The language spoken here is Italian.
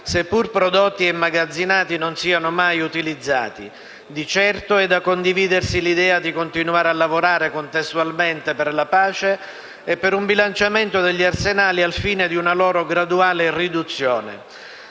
seppur prodotti e immagazzinati, non siano mai utilizzati. Di certo è da condividere l'idea di continuare a lavorare contestualmente per la pace e per un bilanciamento degli arsenali al fine di una loro graduale riduzione.